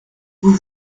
vous